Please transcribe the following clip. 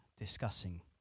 discussing